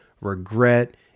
regret